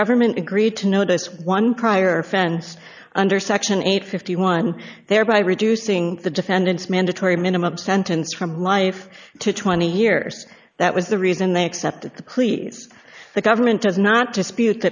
government agreed to notice one prior friends under section eight fifty one dollars thereby reducing the defendant's mandatory minimum sentence from life to twenty years that was the reason they accepted the cli's the government does not dispute